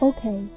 Okay